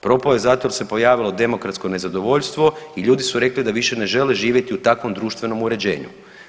Propao je zato jer se pojavilo demokratsko nezadovoljstvo i ljudi su rekli da više ne žele živjeti u takvom društvenom uređenju.